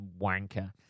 wanker